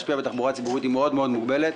להשפיע על התחבורה הציבורית היא מאוד-מאוד מוגבלת.